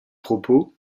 propos